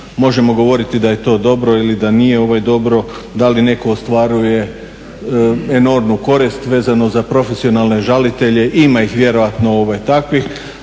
Možemo govoriti da je to dobro ili da nije dobro, da li netko ostvaruje enormnu korist vezano za profesionalne žalitelje. Ima ih vjerojatno takvih,